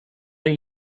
een